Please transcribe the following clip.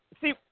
see